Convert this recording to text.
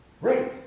Great